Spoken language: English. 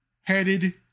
headed